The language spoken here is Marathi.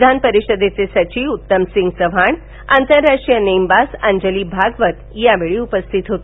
विधान परिषदेचे सचिव उत्तमसिंह चव्हाण आंतरराष्ट्रीय नेमबाज अंजली भागवत हे ही यावेळी उपस्थित होते